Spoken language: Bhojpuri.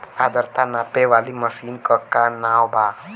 आद्रता नापे वाली मशीन क का नाव बा?